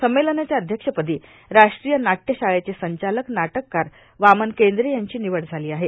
संमेलनाच्या अध्यक्षपदी राष्ट्रीय नाट्यशाळेचे संचालक नाटककार वामन कद्रे यांची र्निवड झालां आहे